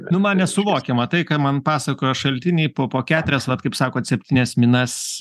nu man nesuvokiama tai ką man pasakojo šaltiniai po po keturias vat kaip sakot septynias minas